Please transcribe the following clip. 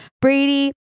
Brady